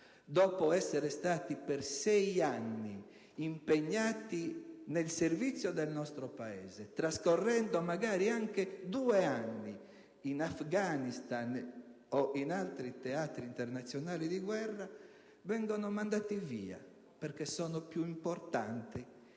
Dopo essere stati impegnati per sei anni al servizio del nostro Paese, trascorrendo magari anche due anni in Afghanistan o in altri teatri internazionali di guerra, vengono mandati via, perché sono più importanti